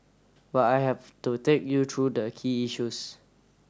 but I have to take you through the key issues